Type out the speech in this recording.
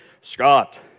Scott